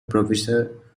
professor